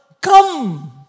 come